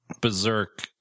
Berserk